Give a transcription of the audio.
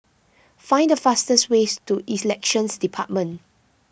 find the fastest way to Elections Department